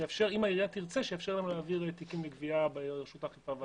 שאם העירייה תרצה שיאפשר לנו להעביר תיקים לגבייה ברשות האכיפה והגבייה.